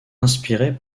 inspirée